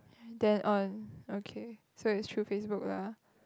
then on okay so it's through Facebook lah